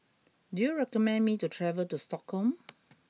do you recommend me to travel to Stockholm